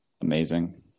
amazing